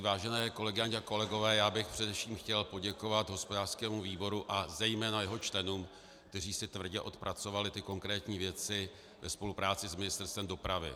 Vážené kolegyně a kolegové, já bych především chtěl poděkovat hospodářskému výboru, zejména jeho členům, kteří si tvrdě odpracovali ty konkrétní věci ve spolupráci s Ministerstvem dopravy.